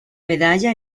medalla